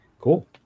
cool